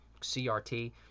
crt